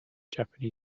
japan